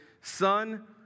son